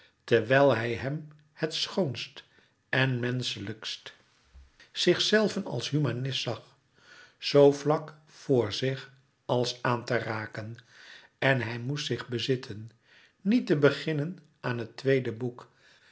terwijl hij hem het schoonst en menschelijkst zichzelven als humanist zag zoo vlak vr zich als aan te raken en hij moest zich bezitten niet te beginnen aan het tweede boek